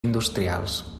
industrials